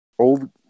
Old